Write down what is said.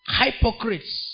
hypocrites